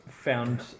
found